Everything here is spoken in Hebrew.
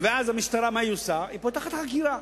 ואז המשטרה פותחת חקירה.